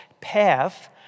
path